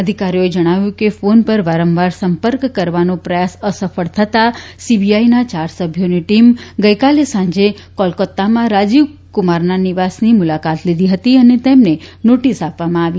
અધિકારીઓએ જજ્ઞાવ્યું કે ફોન પર વારંવાર સંપર્ક કરવાનો પ્રયાસ અસફળ થતાં સીબીઆઈના ચાર સભ્યોની ટીમ ગઈકાલે સાંજે કોલકાત્તામાં રાજીવ્કુમારના નિવાસની મુલાકાત લીધી હતી અને તેમને નોટીસ આપવામાં આવી હતી